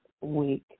week